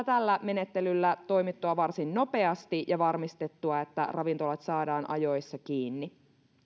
tällä menettelyllä toimittua varsin nopeasti ja varmistettua että ravintolat saadaan ajoissa kiinni